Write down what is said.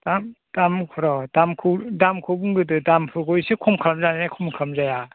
दाम दामखौ र' दामखौ बुंग्रोदो दामफोरखौ इसे खम खालामजायो ना खम खालामजाया